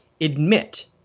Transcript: admit